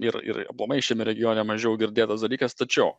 ir ir aplamai šiame regione mažiau girdėtas dalykas tačiau